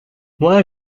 moi